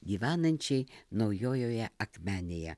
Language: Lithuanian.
gyvenančiai naujojoje akmenėje